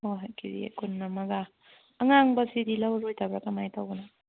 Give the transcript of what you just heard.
ꯍꯣꯏ ꯍꯣꯏ ꯀꯦ ꯖꯤ ꯀꯨꯟ ꯑꯃꯒ ꯑꯉꯥꯡꯕꯁꯤꯗꯤ ꯂꯧꯔꯣꯏꯗꯕ꯭ꯔꯥ ꯀꯃꯥꯏꯅ ꯇꯧꯕꯅꯣ